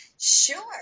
Sure